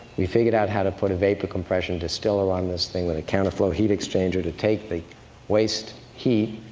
we figured out how to put a vapor-compression distiller on this thing, with a counter-flow heat exchanger to take the waste heat,